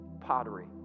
pottery